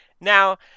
Now